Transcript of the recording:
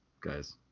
guys